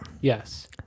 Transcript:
Yes